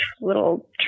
little